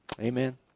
Amen